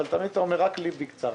אבל תמיד אתה אומר רק לי "בקצרה".